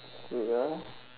wait ah